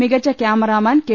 മികച്ച cameraman K